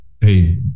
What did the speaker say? hey